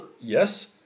yes